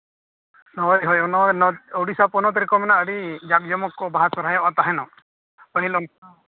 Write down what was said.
ᱦᱳᱭ ᱦᱳᱭ ᱱᱚᱜᱼᱚᱭ ᱩᱲᱤᱥᱥᱟ ᱯᱚᱱᱚᱛ ᱨᱮᱠᱚ ᱢᱮᱱᱟ ᱟᱹᱰᱤ ᱡᱟᱠ ᱡᱚᱢᱚᱠ ᱵᱟᱦᱟ ᱥᱚᱨᱦᱟᱭᱚᱜ ᱛᱟᱦᱮᱱᱚᱜ ᱯᱟᱹᱦᱤᱞ ᱚᱱᱠᱟ